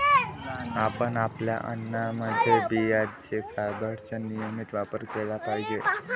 आपण आपल्या अन्नामध्ये बियांचे फायबरचा नियमित वापर केला पाहिजे